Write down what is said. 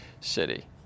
city